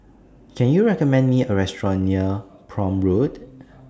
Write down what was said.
Can YOU recommend Me A Restaurant near Prome Road